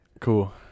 Cool